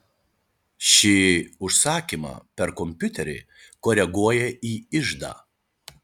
ši užsakymą per kompiuterį koreguoja į iždą